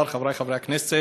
כבוד השר, חברי חברי הכנסת,